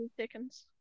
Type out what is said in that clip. seconds